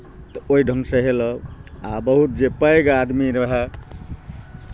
तऽ ओहि ढङ्गसँ हेलह आ बहुत जे पैघ आदमी रहत